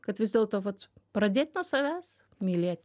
kad vis dėlto vat pradėt nuo savęs mylėt